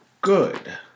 good